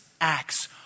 acts